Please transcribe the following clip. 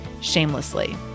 shamelessly